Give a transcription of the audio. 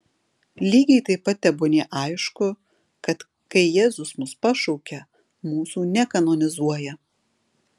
lygiai taip pat tebūnie aišku kad kai jėzus mus pašaukia mūsų nekanonizuoja